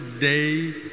Day